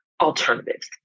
Alternatives